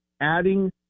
Adding